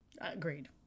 Agreed